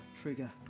trigger